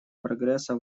прогресса